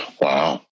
Wow